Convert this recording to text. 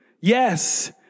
yes